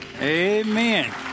Amen